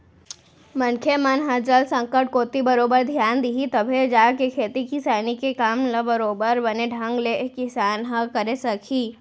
मनखे मन ह जल संकट कोती बरोबर धियान दिही तभे जाके खेती किसानी के काम ल बरोबर बने ढंग ले किसान ह करे सकही